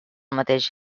mateix